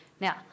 Now